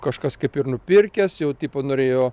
kažkas kaip ir nupirkęs jau tipo norėjo